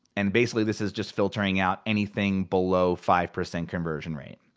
and basically this is just filtering out anything below five percent conversion rate.